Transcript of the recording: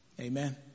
Amen